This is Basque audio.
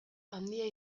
handia